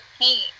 paint